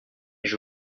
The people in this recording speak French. mais